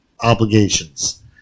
obligations